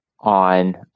on